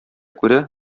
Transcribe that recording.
күрә